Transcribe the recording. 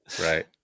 Right